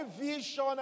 vision